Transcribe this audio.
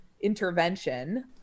intervention